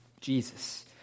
Jesus